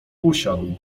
usiadł